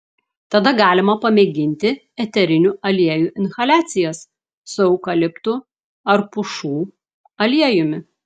tada galima pamėginti eterinių aliejų inhaliacijas su eukaliptu ar pušų aliejumi